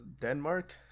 Denmark